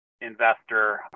investor